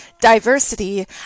diversity